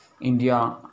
India